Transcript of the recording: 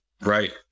right